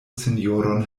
sinjoron